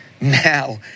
now